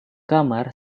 kamar